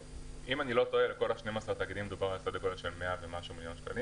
אם אני לא טועה מדובר בכ-100 מיליון שקלים